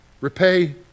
Repay